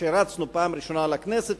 כשרצנו בפעם הראשונה לכנסת,